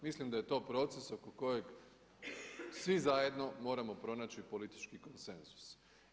Mislim da je to proces oko kojeg svi zajedno moramo pronaći politički konsenzus.